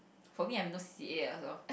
for me I have no c_c_a also